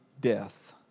death